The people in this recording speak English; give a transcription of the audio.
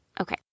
Okay